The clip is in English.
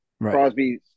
Crosby